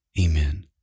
Amen